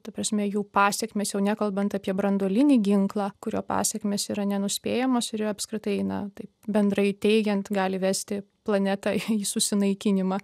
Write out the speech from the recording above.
ta prasme jų pasekmės jau nekalbant apie branduolinį ginklą kurio pasekmės yra nenuspėjamos ir yra apskritai na taip bendrai teigiant gali vesti planetą į į susinaikinimą